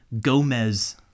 Gomez-